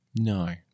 No